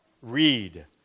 read